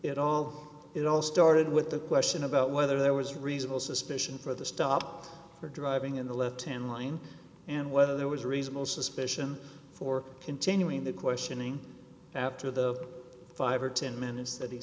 it all it all started with the question about whether there was reasonable suspicion for the stop or driving in the left hand line and whether there was reasonable suspicion for continuing the questioning after the five or ten minutes that he